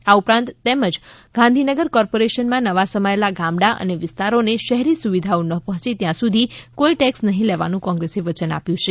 આ ઉપરાંત તેમજ ગાંધીનગર કોર્પોરેશનમાં નવા સમાયેલા ગામડાં અને વિસ્તારોને શહેરી સુવિધાઓ ન પહોંચે ત્યાં સુધી કોઈ ટેક્સ નહીં લેવાનું કોંગ્રેસે વચન આપ્યું છે